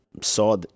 saw